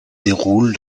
déroule